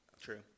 True